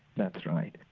that's right.